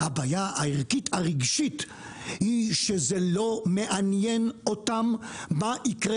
אבל הבעיה הערכית הרגשית היא שזה לא מעניין אותם מה יקרה